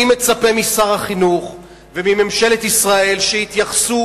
אני מצפה משר החינוך ומממשלת ישראל שיתייחסו